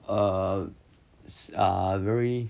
err ah very